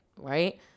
right